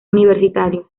universitarios